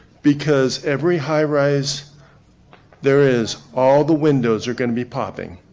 because every high-rise there is, all the windows are going to be popping.